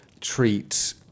treat